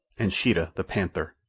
and sheeta, the panther,